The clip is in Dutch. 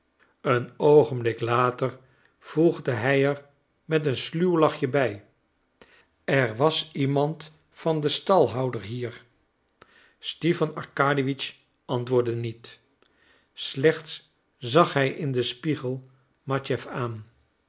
een oogenblik later voegde hij er met een sluw lachje bij er was iemand van den stalhouder hier stipan arkadiewitsch antwoordde niet slechts zag hij in den spiegel matjeff aan